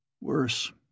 Worse